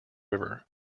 river